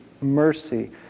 mercy